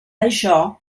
això